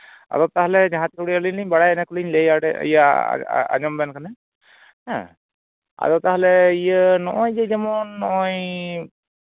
ᱟᱫᱚ ᱛᱟᱦᱚᱞᱮ ᱡᱟᱦᱟᱸ ᱠᱚ ᱟᱞᱤᱧ ᱞᱤᱧ ᱵᱟᱲᱟᱭᱟ ᱤᱱᱟᱹ ᱠᱚᱞᱤᱧ ᱞᱟᱹᱭᱫᱟ ᱟᱸᱡᱚᱢ ᱵᱮᱱ ᱛᱟᱦᱚᱞᱮ ᱦᱮᱸ ᱟᱫᱚ ᱛᱟᱦᱚᱞᱮ ᱤᱭᱟᱹ ᱱᱚᱜᱼᱚᱭ ᱡᱮ ᱡᱮᱢᱚᱱ ᱱᱚᱜᱼᱚᱭ